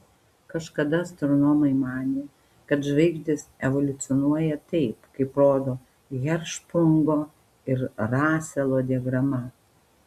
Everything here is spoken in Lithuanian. kažkada astronomai manė kad žvaigždės evoliucionuoja taip kaip rodo hercšprungo ir raselo diagrama